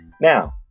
Now